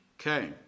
Okay